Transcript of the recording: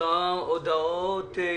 הצעות לסדר,